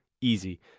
easy